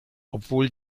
obwohl